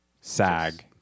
sag